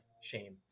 shame